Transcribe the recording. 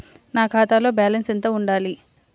నా ఖాతా బ్యాలెన్స్ ఎంత ఉండాలి?